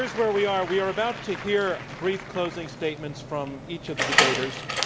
where we are. we are about to hear brief closing statements from each of the debaters.